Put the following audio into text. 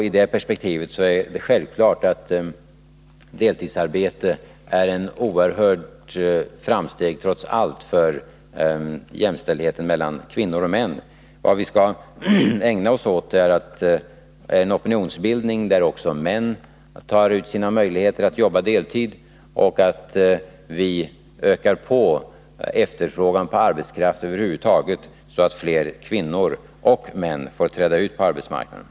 I det perspektivet är det självklart att deltidsarbete trots allt är ett oerhört framsteg när det gäller jämstställdheten mellan kvinnor och män. Vad vi skall ägna oss åt är en opinionsbildning, där också män utnyttjar sina möjligheter att jobba deltid. Vi måste öka på efterfrågan på arbetskraft över huvud taget, så att fler kvinnor och män får träda ut på arbetsmarknaden.